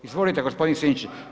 Izvolite gospodin Sinčić.